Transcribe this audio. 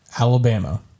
Alabama